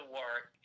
work